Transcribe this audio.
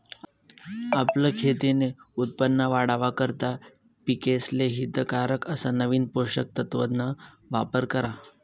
आपलं खेतीन उत्पन वाढावा करता पिकेसले हितकारक अस नवीन पोषक तत्वन वापर करा